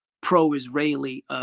pro-Israeli